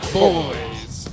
Boys